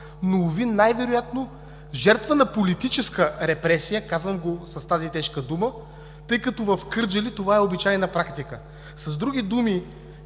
но, уви, най-вероятно е жертва на политическа репресия. Казвам го с тази тежка дума, тъй като в Кърджали това е обичайна практика. С други думи